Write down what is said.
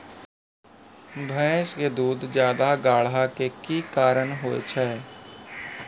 भैंस के दूध ज्यादा गाढ़ा के कि कारण से होय छै?